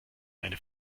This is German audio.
eine